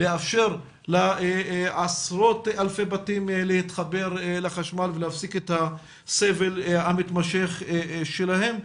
לאפשר לעשרות אלפי בתים להתחבר לחשמל ולהפסיק את הסבל המתמשך שלהם.